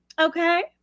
okay